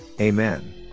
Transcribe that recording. Amen